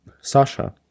sasha